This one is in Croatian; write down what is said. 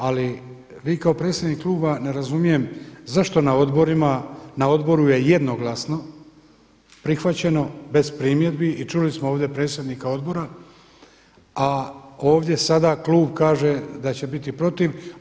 Ali vi kao predsjednik Kluba ne razumijem zašto na odborima, na odboru je jednoglasno prihvaćeno bez primjedbi i čuli smo ovdje predsjednika odbora, a ovdje sada Klub kaže da će biti protiv.